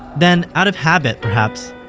then, out of habit, perhaps,